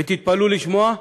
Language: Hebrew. ותתפלאו לשמוע,